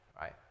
right